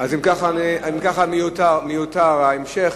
אם כך, מיותר ההמשך.